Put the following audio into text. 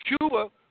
Cuba